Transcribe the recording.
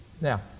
Now